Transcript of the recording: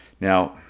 Now